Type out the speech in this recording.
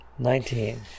Nineteen